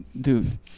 dude